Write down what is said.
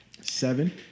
Seven